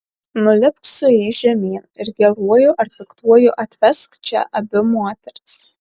nulipk su jais žemyn ir geruoju ar piktuoju atvesk čia abi moteris